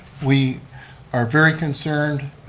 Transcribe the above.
we are very concerned,